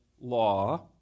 law